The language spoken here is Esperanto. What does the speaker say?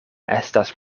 estas